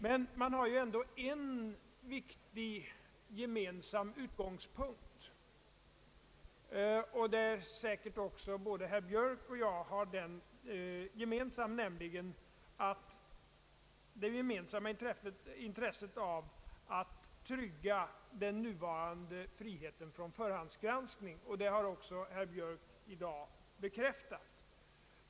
Men det finns ju ändå en viktig gemensam utgångspunkt — och det är säkert så att både herr Björk och jag har denna uppfattning — nämligen det gemen samma intresset av att trygga den nuvarande friheten från förhandsgranskning, något som också herr Björk i dag bekräftat.